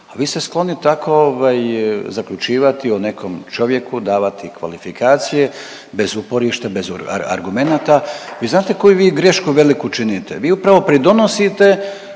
a vi ste skloni tako ovaj zaključivati o nekom čovjeku, davati kvalifikacije bez uporišta, bez argumenata i znate koju vi grešku veliku činite, vi upravo pridonosite